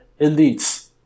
elites